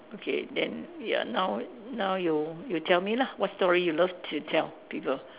okay then ya now now you you tell me lah what story you love to tell people